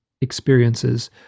experiences